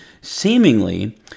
seemingly